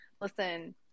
listen